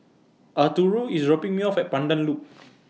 Arturo IS dropping Me off At Pandan Loop